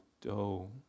dough